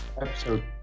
episode